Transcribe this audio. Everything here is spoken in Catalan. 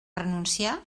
renunciar